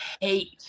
hate